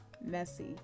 messy